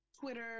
Twitter